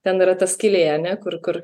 ten yra ta skylė ane kur kur